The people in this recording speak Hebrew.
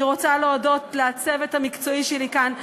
אני רוצה להודות לצוות המקצועי שלי כאן,